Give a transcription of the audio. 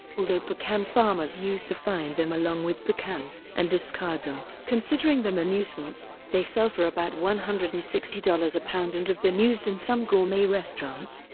although pecan farmers used to find them along with pecans and discard them, considering them a nuisance, they sell for about one hundred and sixty dollars a pound and have been used in some gourmet restaurants.